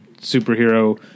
superhero